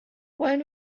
wollen